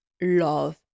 love